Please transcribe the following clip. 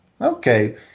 Okay